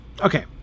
okay